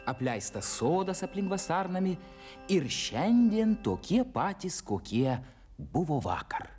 apleistas sodas aplink vasarnamį ir šiandien tokie patys kokie buvo vakar